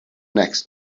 next